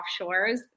offshores